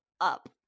up